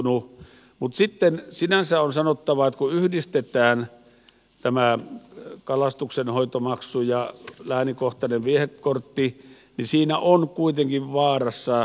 mutta sitten sinänsä on sanottava että kun yhdistetään tämä kalastuksenhoitomaksu ja läänikohtainen viehekortti niin siinä on kuitenkin vaaransa